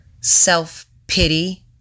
self-pity